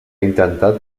intentat